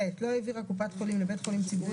(ב)לא העבירה קופת חולים לבית חולים ציבורי